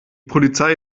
polizei